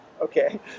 Okay